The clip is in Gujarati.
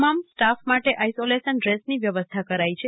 તમામ સ્ટાફ માટે આઇસોલેશન ડ્રેસની વ્યવસ્થા કરાઇ છે